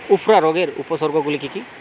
উফরা রোগের উপসর্গগুলি কি কি?